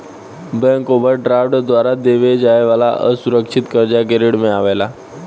bank overdraft द्वारा देवे जाए वाला असुरकछित कर्जा के श्रेणी मे आवेला